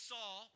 Saul